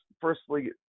firstly